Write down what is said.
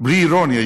בלי אירוניה,